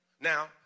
Now